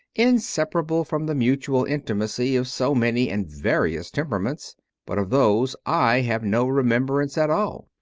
inseparable from the mutual intimacy of so many and various temperaments but of those i have no remembrance at all.